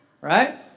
right